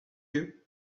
you